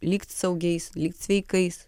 likt saugiais likt sveikais